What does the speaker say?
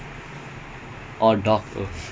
doc~ document